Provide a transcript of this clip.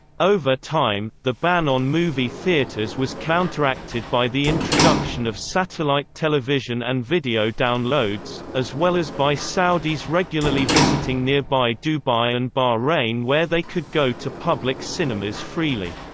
over time, the ban on movie theaters was counteracted by the introduction of satellite television and video downloads, as well as by saudis regularly visiting nearby dubai and bahrain where they could go to public cinemas freely.